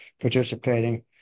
participating